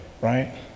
right